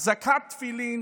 החזקת תפילין